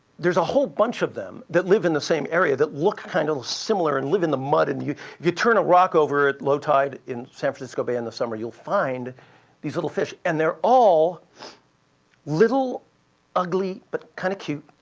there's a whole bunch of them that live in the same area that look kind of similar and live in the mud. and you could turn a rock over at low tide in san francisco bay in the summer, you'll find these little fish. and they're all little ugly, but kind of cute,